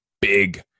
big